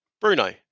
Bruno